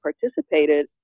participated